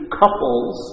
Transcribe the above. couples